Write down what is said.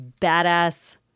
badass